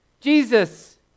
Jesus